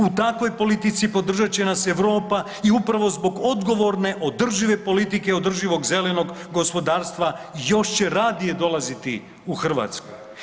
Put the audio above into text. U takvoj politici podržat će nas Europa i upravo zbog odgovorne održive politike, održivog zelenog gospodarstva, još će radije dolaziti u Hrvatsku.